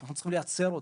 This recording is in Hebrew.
אנחנו צריכים לייצר אותה.